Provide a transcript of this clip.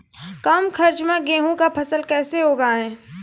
कम खर्च मे गेहूँ का फसल कैसे उगाएं?